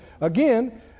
Again